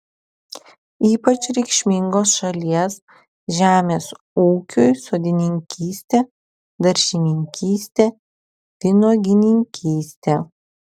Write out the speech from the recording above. ypač reikšmingos šalies žemės ūkiui sodininkystė daržininkystė vynuogininkystė